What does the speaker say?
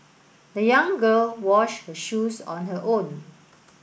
the young girl washed her shoes on her own